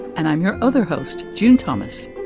and i'm your other host, june thomas,